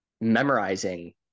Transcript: memorizing